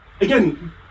Again